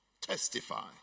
testify